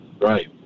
Right